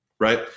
Right